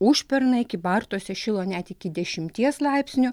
užpernai kybartuose šilo net iki dešimties laipsnių